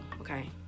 okay